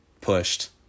pushed